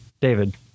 David